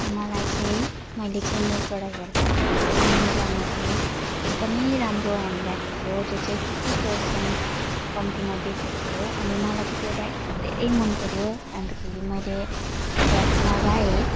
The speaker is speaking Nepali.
मलाई चाहिँ मैले चाहिँ नेटबाट हेर्दाखेरि चाहिँ मिन्त्रामा चाहिँ एकदम राम्रो ह्यान्ड ब्याग थियो जो चाहिँ फिफ्टी पर्सेन्ट कम्तीमा दिएको थियो अनि मलाई चाहिँ त्यो ब्याग धेरै मन पऱ्यो अन्तखेरि मैले त्यो ब्याग मगाएँ